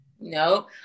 No